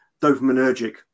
dopaminergic